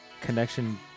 connection